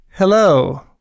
Hello